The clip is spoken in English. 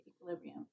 equilibrium